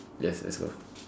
yes let's go